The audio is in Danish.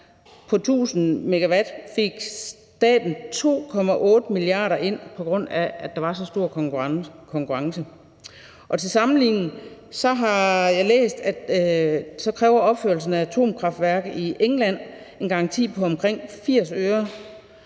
på 1.000 MW fik staten 2,8 mia. kr. ind, på grund af at der var så stor konkurrence, og til sammenligning har jeg læst, at opførelsen af et atomkraftværk i England kræver en garanti på omkring 80 øre